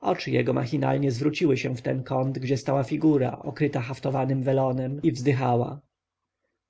oczy jego machinalnie zwróciły się w ten kąt gdzie stała figura okryta haftowanym welonem i wzdychała